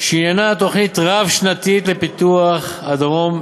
שעניינה תוכנית רב-שנתית לפיתוח הדרום,